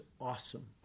awesome